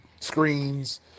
Screens